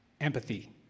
empathy